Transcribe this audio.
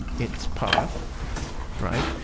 its path right,